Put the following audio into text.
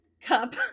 cup